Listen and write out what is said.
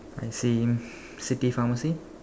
I see city pharmacy